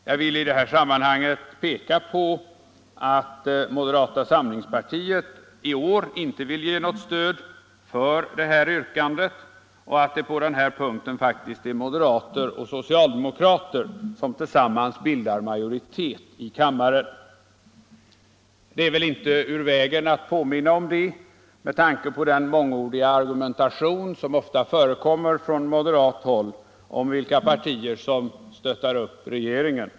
Jag vill i detta sammanhang peka på att moderata samlingspartiet i år inte vill stödja det här yrkandet och att det på denna punkt faktiskt är moderater och socialdemokrater som tillsammans bildar majoritet i kammaren. Det är väl inte ur vägen att påminna om det med tanke på den mångordiga argumentation som ofta förekommer från moderat håll om vilka partier som stöttar upp regeringen.